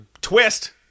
Twist